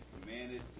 Commanded